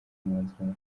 mwanzuro